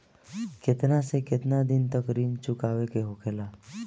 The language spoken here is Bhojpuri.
केतना से केतना दिन तक ऋण चुकावे के होखेला?